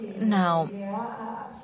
Now